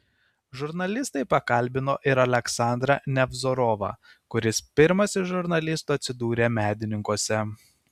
žurnalistai pakalbino ir aleksandrą nevzorovą kuris pirmas iš žurnalistų atsidūrė medininkuose